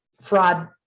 fraud